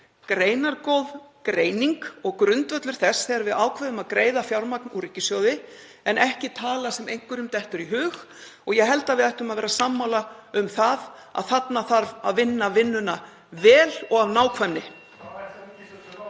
greinargóð greining og grundvöllur þess þegar við ákveðum að greiða fjármagn úr ríkissjóði en ekki tala sem einhverjum dettur í hug. Ég held að við ættum að vera sammála um að þarna þarf að vinna vinnuna vel og af nákvæmni.